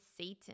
Satan